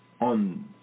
on